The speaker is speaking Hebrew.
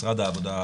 משרד העבודה,